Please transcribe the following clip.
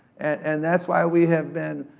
and that's why we have been,